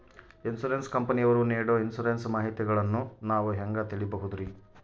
Insurance ಕಂಪನಿಯವರು ನೇಡೊ insurance ಮಾಹಿತಿಗಳನ್ನು ನಾವು ಹೆಂಗ ತಿಳಿಬಹುದ್ರಿ?